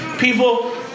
People